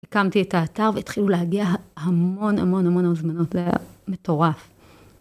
הקמתי את האתר, והתחילו להגיע המון המון המון הזמנות, זה היה מטורף.